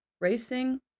racing